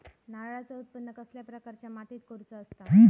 नारळाचा उत्त्पन कसल्या प्रकारच्या मातीत करूचा असता?